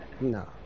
No